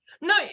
no